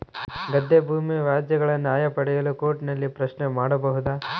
ಗದ್ದೆ ಭೂಮಿ ವ್ಯಾಜ್ಯಗಳ ನ್ಯಾಯ ಪಡೆಯಲು ಕೋರ್ಟ್ ನಲ್ಲಿ ಪ್ರಶ್ನೆ ಮಾಡಬಹುದಾ?